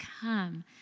come